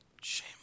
Shame